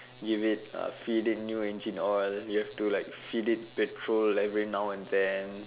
give it uh feed it new engine oil you have to like feed it petrol every now and then